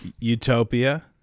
Utopia